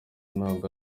ntabwo